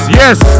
yes